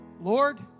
Lord